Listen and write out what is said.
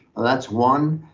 that's one.